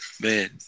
Man